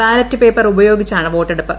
ballot paper ഉപയോഗിച്ചാണ് വോട്ടെടുപ്പ്